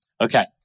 Okay